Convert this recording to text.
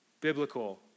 biblical